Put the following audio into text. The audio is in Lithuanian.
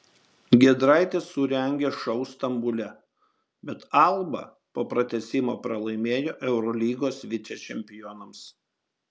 giedraitis surengė šou stambule bet alba po pratęsimo pralaimėjo eurolygos vicečempionams